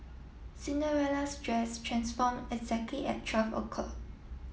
Cinderella's dress transform exactly at twelve o'clock